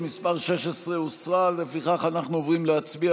אנחנו עוברים להצביע